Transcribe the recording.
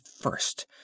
first